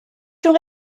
schon